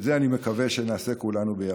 את זה אני מקווה שנעשה כולנו ביחד.